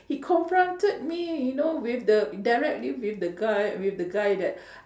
he confronted me you know with the directly with the guy with the guy that